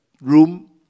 room